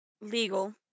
legal